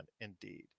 indeed